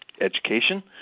education